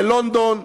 ללונדון,